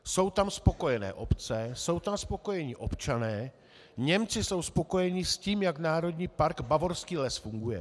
Jsou tam spokojené obce, jsou tam spokojení občané, Němci jsou spokojení s tím, jak Národní park Bavorský les funguje.